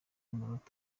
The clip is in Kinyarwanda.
umunota